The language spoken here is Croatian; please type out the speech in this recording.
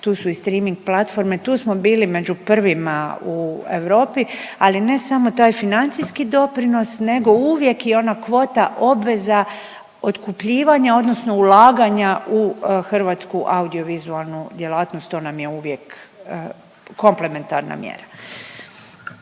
tu su i streaming platforme, tu smo bili među prvima u Europi ali ne samo taj financijski doprinos nego uvijek i ona kvota obveza otkupljivanja odnosno ulaganja u hrvatsku audiovizualnu djelatnost, to nam je uvijek komplementarna mjera.